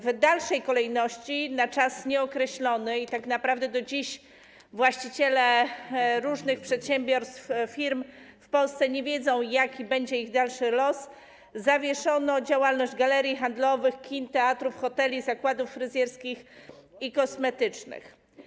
W dalszej kolejności na czas nieokreślony, bo tak naprawdę do dziś właściciele różnych przedsiębiorstw i firm w Polsce nie wiedzą, jaki będzie ich dalszy los, zawieszono działalność galerii handlowych, kin, teatrów, hoteli, zakładów fryzjerskich i kosmetycznych.